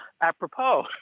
apropos